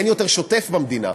אין יותר שוטף במדינה,